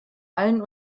allen